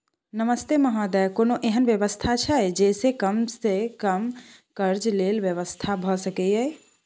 नमस्ते महोदय, कोनो एहन व्यवस्था छै जे से कम के लेल कर्ज के व्यवस्था भ सके ये?